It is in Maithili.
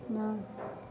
नओ